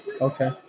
Okay